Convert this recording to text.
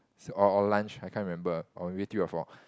is or or lunch I can't remember or maybe three or four